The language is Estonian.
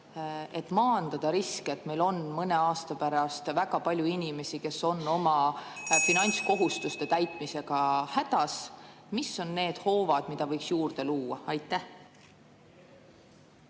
et maandada riske, et meil on mõne aasta pärast väga palju inimesi, kes on oma finantskohustuste täitmisega hädas? Mis on need hoovad, mida võiks juurde luua? Aitäh,